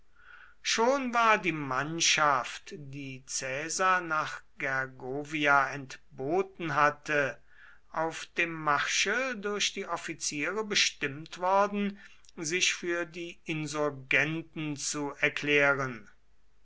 schon war die mannschaft die caesar nach gergovia entboten hatte auf dem marsche durch die offiziere bestimmt worden sich für die insurgenten zu erklären